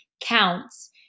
counts